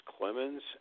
Clemens